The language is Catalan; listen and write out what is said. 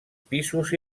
pisos